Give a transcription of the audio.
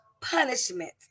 punishment